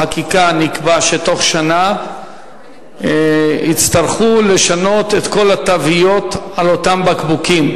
בחקיקה נקבע שבתוך שנה יצטרכו לשנות את כל התוויות על אותם בקבוקים,